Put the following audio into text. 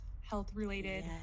health-related